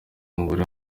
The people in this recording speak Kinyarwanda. umubare